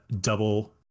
double